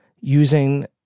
using